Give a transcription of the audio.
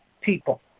people